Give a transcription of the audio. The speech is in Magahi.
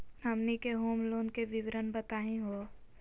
हमनी के होम लोन के विवरण बताही हो?